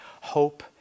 hope